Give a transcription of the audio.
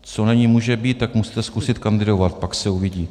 Co není, může být, tak musíte zkusit kandidovat, pak se uvidí.